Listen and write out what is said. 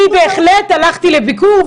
אני בהחלט הלכתי לביקור,